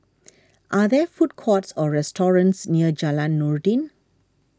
are there food courts or restaurants near Jalan Noordin